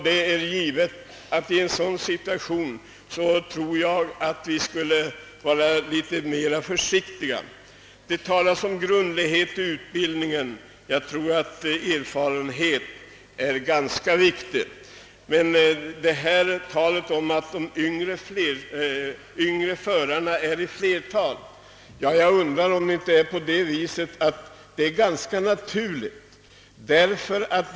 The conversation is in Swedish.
Det är givet att vi i en sådan situation borde vara litet mera försiktiga. Det talas om grundlighet i utbildningen. Jag tror att erfarenhet är ganska viktig. Talet om att de unga förarna är i flertal när det gäller olyckor är ganska naturligt.